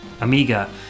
Amiga